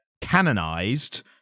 canonized